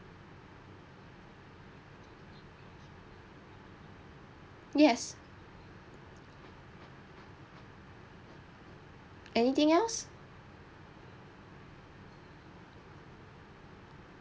yes anything else